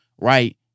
right